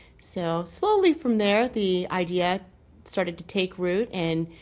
so slowly from there. the idea started to take root in.